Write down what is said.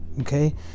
okay